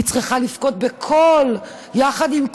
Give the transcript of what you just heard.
היא צריכה לבכות בקול, יחד עם כולם.